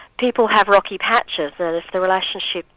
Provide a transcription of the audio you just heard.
people have rocky patches the relationship,